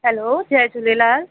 hello जय झूलेलाल